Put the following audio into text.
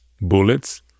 bullets